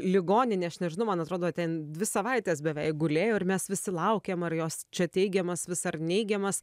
ligoninę aš nežinau man atrodo ten dvi savaites beveik gulėjo ir mes visi laukėm ar jos čia teigiamas vis ar neigiamas